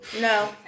No